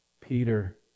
Peter